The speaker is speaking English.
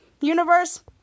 Universe